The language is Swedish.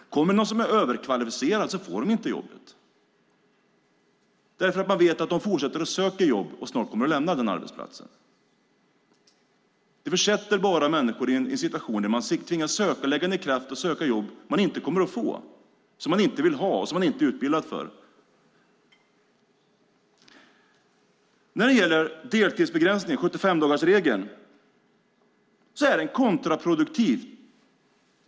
Kommer det någon som är överkvalificerad får den personen inte jobbet, för man vet att de fortsätter att söka jobb och snart kommer att lämna arbetsplatsen. Det försätter bara människor i en situation där de tvingas lägga ned kraft på att söka jobb de inte kommer att få, som de inte vill ha och som de inte är utbildade för. När det gäller deltidsbegränsningen, 75-dagarsregeln, är den kontraproduktiv.